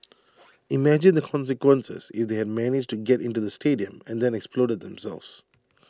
imagine the consequences if they had managed to get into the stadium and then exploded themselves